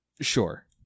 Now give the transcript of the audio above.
sure